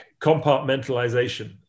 compartmentalization